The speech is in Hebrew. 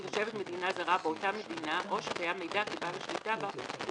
תושבת מדינה זרה באותה מדינה או שקיים מידע כי בעל השליטה בה הוא